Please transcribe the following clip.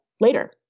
later